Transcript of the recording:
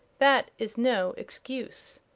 that is no excuse,